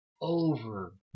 over